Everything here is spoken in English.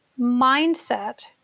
mindset